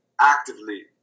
actively